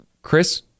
Chris